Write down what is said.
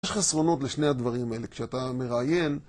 יש חסרונות לשני הדברים האלה, כשאתה מראיין